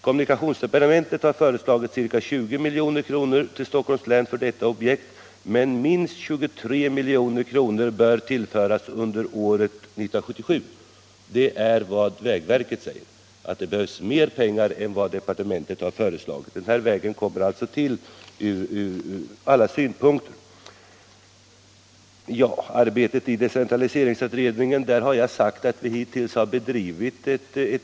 Kommunikationsdepartementet har föreslagit ca 20 milj.kr. till Stockholms län för detta objekt, men minst 23 milj.kr. bör tillföras för arbetet under år 1977.” Vägverket säger alltså att det behövs mer pengar än departementet föreslagit. Den här vägen kommer alltså till stånd. När det gäller arbetet i decentraliseringsutredningen har jag sagt att vi hittills har bedrivit ett enigt arbete.